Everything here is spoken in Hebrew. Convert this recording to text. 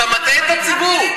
אתה מטעה את הציבור.